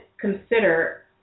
consider